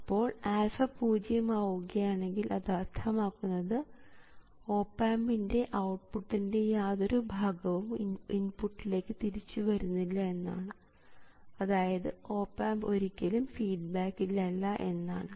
അപ്പോൾ α പൂജ്യം ആവുകയാണെങ്കിൽ അത് അർത്ഥമാക്കുന്നത് ഓപ് ആമ്പിൻറെ ഔട്ട്പുട്ടിൻറെ യാതൊരു ഭാഗവും ഇൻപുട്ടിലേക്ക് തിരിച്ചു വരുന്നില്ല എന്നാണ് അതായത് ഓപ് ആമ്പ് ഒരിക്കലും ഫീഡ്ബാക്കിൽ അല്ല എന്നാണ്